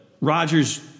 Rogers